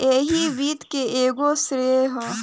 इ वित्त के एगो क्षेत्र ह